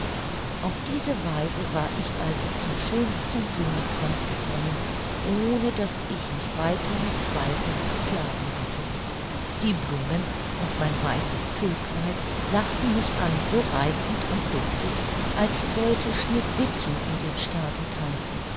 auf diese weise war ich also zum schönsten blumenkranz gekommen ohne daß ich mich weiter mit zweifeln zu plagen hatte die blumen und mein weißes tüllkleid lachten mich an so reizend und duftig als sollte schneewittchen in dem staate tanzen